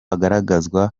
agaragazwa